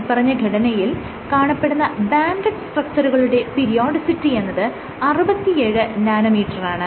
മേല്പറഞ്ഞ ഘടനയിൽ കാണപ്പെടുന്ന ബാൻഡഡ് സ്ട്രക്ച്ചറുകളുടെ പിരിയോഡോസിറ്റി എന്നത് 67 നാനോമീറ്ററാണ്